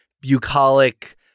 bucolic